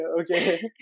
okay